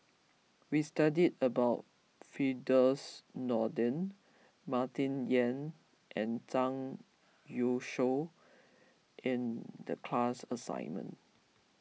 we studied about Firdaus Nordin Martin Yan and Zhang Youshuo in the class assignment